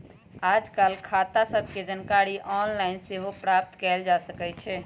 याजकाल खता सभके जानकारी ऑनलाइन सेहो प्राप्त कयल जा सकइ छै